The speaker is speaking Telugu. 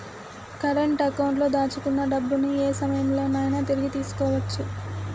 కరెంట్ అకౌంట్లో దాచుకున్న డబ్బుని యే సమయంలోనైనా తిరిగి తీసుకోవచ్చు